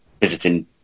visiting